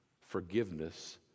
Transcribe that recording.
forgiveness